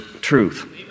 truth